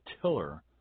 tiller